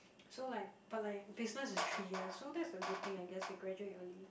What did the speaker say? so like but like business is three years so that's a good thing I guess they graduate early